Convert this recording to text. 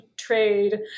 trade